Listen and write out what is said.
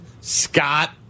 Scott